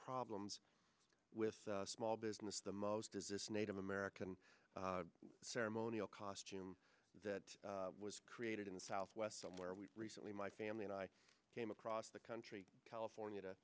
problems with small business the most is this native american ceremonial costume that was created in the southwest where we recently my family and i came across the country california to